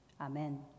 Amen